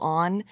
on